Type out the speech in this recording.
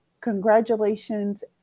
congratulations